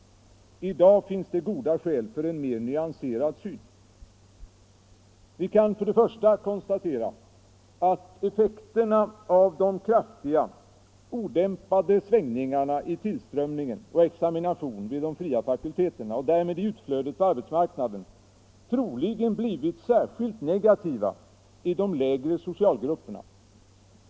I dag finns det goda skäl för en mer nyanserad syn. Vi kan för det första konstatera, att effekterna av de kraftiga, odämpade svängningarna i tillströmningen och examination vid de fria fakulteterna och därmed i utflödet på arbetsmarknaden troligen blivit särskilt negativa i de lägre socialgrupperna.